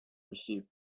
received